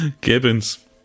Gibbons